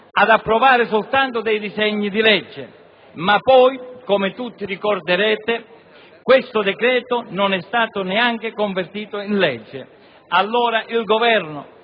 ad approvare soltanto dei disegni di legge. Poi, come tutti ricorderete, il suddetto decreto non è stato neanche convertito. Allora il Governo